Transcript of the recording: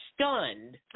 stunned